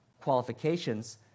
qualifications